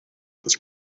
this